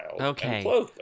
okay